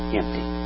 empty